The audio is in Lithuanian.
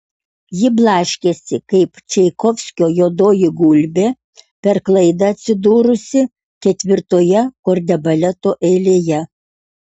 ji blaškėsi kaip čaikovskio juodoji gulbė per klaidą atsidūrusi ketvirtoje kordebaleto eilėje